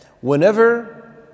whenever